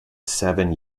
seven